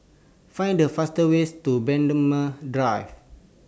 Find The fastest ways to Braemar Drive